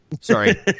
Sorry